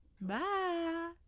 bye